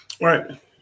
right